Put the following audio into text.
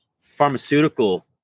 pharmaceutical